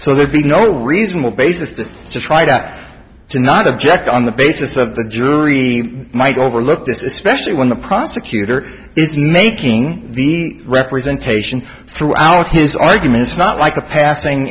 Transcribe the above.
so there'd be no reasonable basis just to try not to not object on the basis of the jury we might overlook this is especially when the prosecutor is making the representation throughout his arguments not like a passing